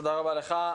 תודה רבה לך.